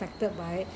affected by